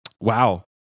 wow